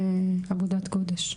זה עבודת קודש.